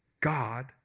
God